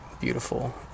beautiful